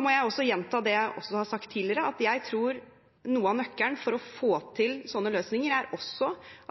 må også gjenta noe annet jeg har sagt tidligere: Jeg tror at noe av nøkkelen for å få til slike løsninger er